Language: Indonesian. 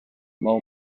mau